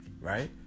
right